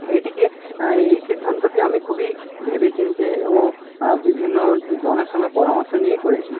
এইটিকে এই সিদ্ধান্তটি আমি খুবই ভেবে চিন্তে ও বিভিন্ন জনের সঙ্গে পরামর্শ নিয়েই করেছি